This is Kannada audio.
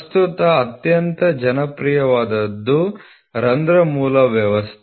ಪ್ರಸ್ತುತ ಅತ್ಯಂತ ಜನಪ್ರಿಯವಾದದ್ದು ರಂಧ್ರ ಮೂಲ ವ್ಯವಸ್ಥೆ